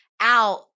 out